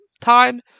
Time